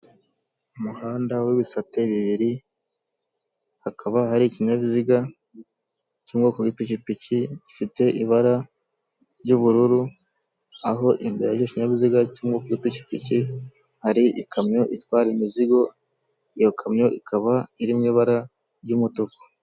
Umuhanda w'ibisate bibiri, hakaba hari ikinyabiziga cyo mu bwoko bw'ipikipiki gifite ibara ry'ubururu, aho imbere y'icyo kinyabiziga cyo mu bwoko bw'ipikipiki hari ikamyo itwara imizigo, iyo kamyo ikaba iri mu ibara ry'umutuku.